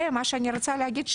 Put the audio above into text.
ומה שאני רוצה להגיד,